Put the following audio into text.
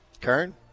Kern